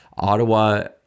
Ottawa